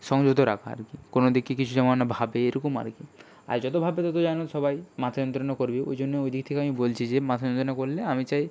সংযত রাখা আর কি কোনো দিকে কিছু যেমন ভাবে এরকম আর কি আর যত ভাববে তত জানবে সবাই মাথা যন্ত্রণা করবে ওই জন্য ওই দিক থেকে আমি বলছি যে মাথা যন্ত্রণা করলে আমি চাই